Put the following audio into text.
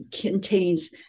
contains